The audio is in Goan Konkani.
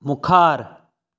मुखार